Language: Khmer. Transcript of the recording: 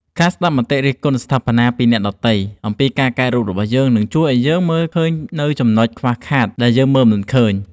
ការស្ដាប់មតិរិះគន់ស្ថាបនាពីអ្នកដទៃអំពីការកែរូបរបស់យើង នឹងជួយឱ្យយើងមើលឃើញនូវចំណុចខ្វះខាតដែលយើងមើលមិនឃើញ។